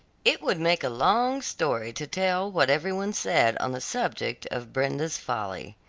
it would make a long story to tell what every one said on the subject of brenda's folly.